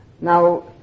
Now